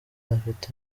afite